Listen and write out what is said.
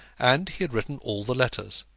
and he had written all the letters